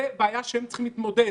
זה בעיה שאיתה הם צריכים להתמודד.